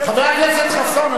חבר הכנסת חסון,